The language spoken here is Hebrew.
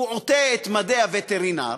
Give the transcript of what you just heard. הוא עוטה את מדי הווטרינר